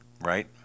right